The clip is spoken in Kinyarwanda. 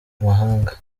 mahanga